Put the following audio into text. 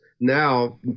now